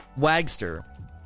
Wagster